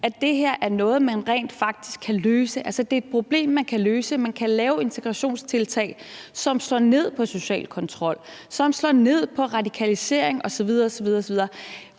at det er noget, man rent faktisk kan løse, altså at det er et problem, man kan løse, og at man kan lave integrationstiltag, som slår ned på social kontrol, som slår ned på radikalisering osv. osv. Vil